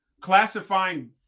classifying